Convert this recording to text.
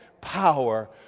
power